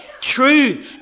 true